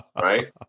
Right